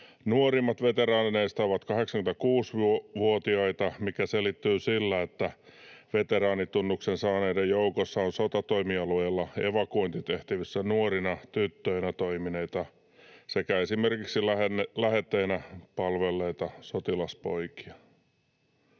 Nuorimmat veteraaneista ovat 86-vuotiaita, mikä selittyy sillä, että veteraanitunnuksen saaneiden joukossa on sotatoimialueella evakuointitehtävissä nuorina tyttöinä toimineita sekä esimerkiksi lähetteinä palvelleita sotilaspoikia.